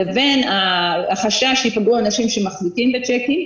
לבין החשש שיקבלו אנשים שמחזיקים בצ'קים,